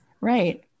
Right